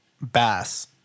Bass